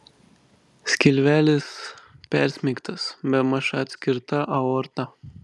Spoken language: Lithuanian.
skilvelis persmeigtas bemaž atskirta aorta